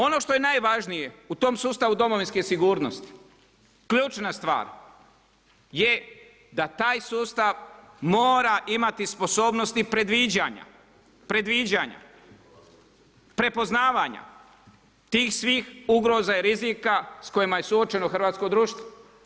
Ono što je najvažnije u tom sustavu domovinske sigurnosti ključna stvar je da taj sustav mora imati sposobnosti predviđanja, prepoznavanja tih svih ugroza i rizika sa kojima je suočeno hrvatsko društvo.